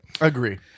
agree